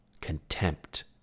contempt